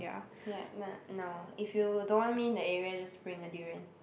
ya but no if you don't want me in that area just bring a durian